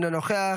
אינו נוכח,